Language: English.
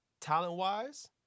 talent-wise